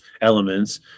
elements